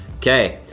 okay,